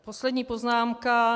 Poslední poznámka.